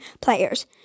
players